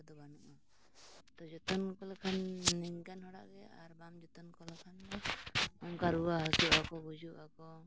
ᱛᱚ ᱡᱚᱛᱚᱱ ᱠᱚ ᱞᱮᱠᱷᱟᱱ ᱱᱤᱝᱠᱟᱹᱱ ᱦᱚᱲᱟᱜ ᱜᱮ ᱟᱨ ᱵᱟᱢ ᱡᱚᱛᱚᱱ ᱠᱚ ᱞᱮᱠᱷᱟᱱ ᱫᱚ ᱚᱱᱠᱟ ᱨᱩᱣᱟᱹ ᱦᱟᱹᱥᱩᱜᱼᱟᱠᱚ ᱜᱩᱡᱩᱜᱼᱟᱠᱚ